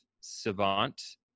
savant